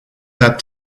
that